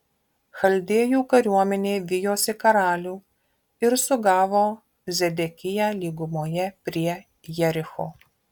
chaldėjų kariuomenė vijosi karalių ir sugavo zedekiją lygumoje prie jericho